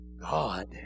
God